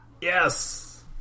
Yes